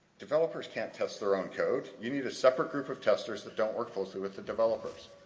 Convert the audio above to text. developers can't test their own code. you need a separate group of testers that don't work closely with the developers.